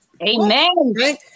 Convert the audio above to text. Amen